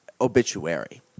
obituary